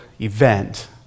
event